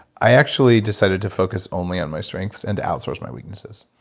i actually decided to focus only on my strengths and to outsource my weaknesses.